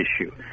issue